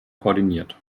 koordiniert